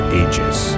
ages